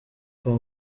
kwa